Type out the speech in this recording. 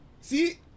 See